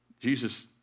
Jesus